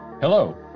Hello